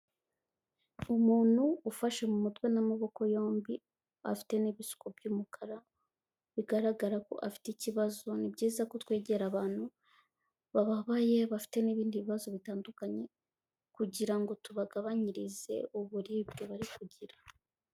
Umuntu ufashe mu mutwe n'amaboko yombi afite n'ibisuko by'umukara bigaragara ko afite ikibazo; ni byiza ko twegera abantu bababaye bafite n'ibindi bibazo bitandukanye, kugira ngo tubagabanyirize uburibwe bari kugira.